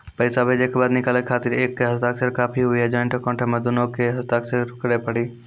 पैसा भेजै के बाद निकाले के खातिर एक के हस्ताक्षर काफी हुई या ज्वाइंट अकाउंट हम्मे दुनो के के हस्ताक्षर करे पड़ी?